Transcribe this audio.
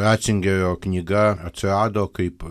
ratzingerio knyga atsirado kaip